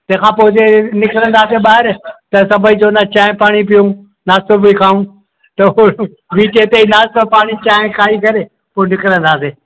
तंहिंखां पोइ जे निकिरंदासीं ॿाहिरि त सभई चवंदा चांहि पाणी पियूं नाश्तो बि खाऊं त पोइ बीच ते नाश्तो पाणी चांहि खाई करे पोइ निकिरंदासीं